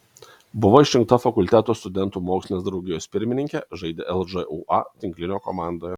buvo išrinkta fakulteto studentų mokslinės draugijos pirmininke žaidė lžūa tinklinio komandoje